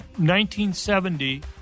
1970